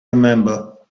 remember